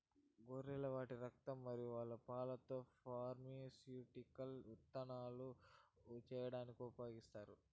గొర్రెలు వాటి రక్తం మరియు పాలతో ఫార్మాస్యూటికల్స్ ఉత్పత్తులు చేయడానికి ఉపయోగిస్తారు